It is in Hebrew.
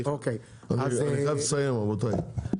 אני חייב לסיים, רבותיי.